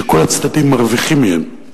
שכל הצדדים מרוויחים מהם,